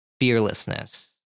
fearlessness